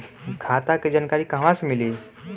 खाता के जानकारी कहवा से मिली?